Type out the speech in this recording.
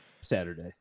Saturday